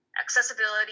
Accessibility